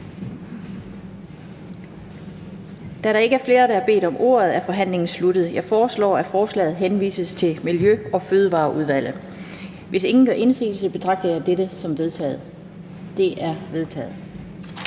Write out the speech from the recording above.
Da der ikke er flere, der har bedt om ordet, er forhandlingen sluttet. Jeg foreslår, at forslaget henvises til Miljø- og Fødevareudvalget. Hvis ingen gør indsigelse, betragter jeg dette som vedtaget. Det er vedtaget.